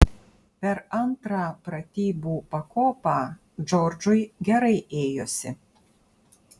per antrą pratybų pakopą džordžui gerai ėjosi